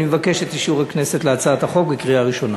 אני מבקש את אישור הכנסת להצעת החוק בקריאה ראשונה.